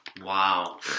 Wow